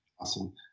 Awesome